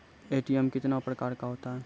ATM कितने प्रकार का होता हैं?